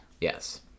Yes